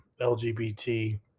LGBT